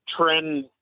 trend